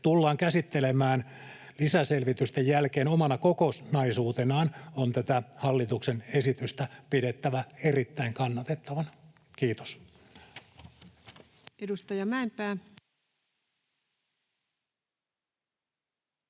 tullaan käsittelemään lisäselvitysten jälkeen omana kokonaisuutenaan, on tätä hallituksen esitystä pidettävä erittäin kannatettavana. — Kiitos.